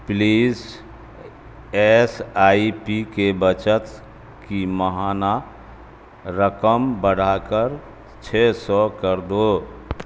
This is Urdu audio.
پلیز ایس آئی پی کے بچت کی ماہانہ رقم بڑھا کر چھ سو کر دو